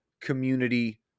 community